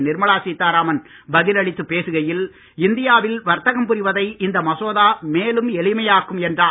நிர்மலா சீதாராமன் பதிலளித்து பேசுகையில் இந்தியாவில் வர்த்தகம் புரிவதை இந்த மசோதா மேலும் எளிமையாக்கும் என்றார்